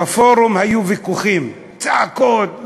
בפורום היו ויכוחים, צעקות וכו',